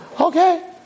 okay